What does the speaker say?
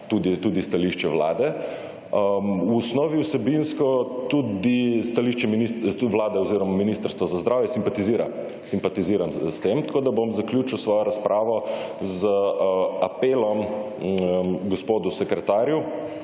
tudi stališče vlade, osnovi vsebinsko tudi vlada oziroma ministrstvo za zdravje simpatizira s tem, tako da bom zaključil svojo razpravo z apelom gospodu sekretarju